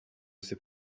ces